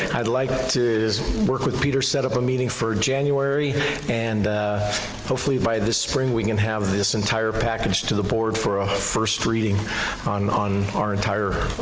i'd like to work with peter, set up a meeting for january and hopefully by this spring we can have this entire package to the board for a first reading on on our entire